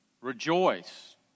rejoice